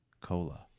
cola